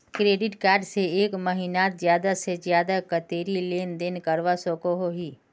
Credit card से एक महीनात ज्यादा से ज्यादा कतेरी लेन देन करवा सकोहो ही?